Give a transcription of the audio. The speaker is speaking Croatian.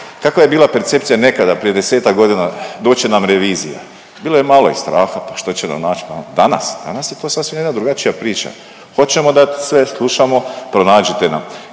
kakva je bila percepcija nekada prije 10-ak godina, doći će nam revizija. Bilo je malo i straha, pa što će nam nać pa ono. Danas, danas je to sasvim jedna drugačija priča, hoćemo dat sve, slušamo, pronađite nam.